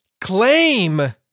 claim